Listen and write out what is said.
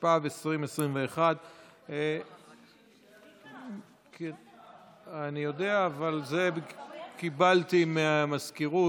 התשפ"ב 2022. אני יודע, אבל קיבלתי מהמזכירות.